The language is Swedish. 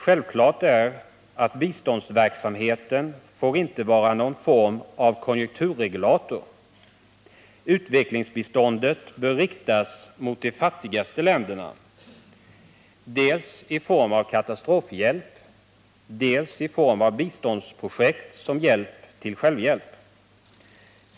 Självklart är att biståndsverksamheten inte får vara någon form av konjunkturregulator. Utvecklingsbiståndet bör riktas mot de fattigaste länderna, dels i form av katastrofhjälp, dels i form av biståndsprojekt som hjälp till självhjälp.